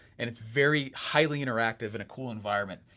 and it's very, highly interactive and a cool environment.